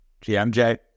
GMJ